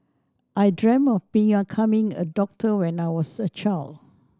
I dreamt of being a coming a doctor when I was a child